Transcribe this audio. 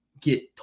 Get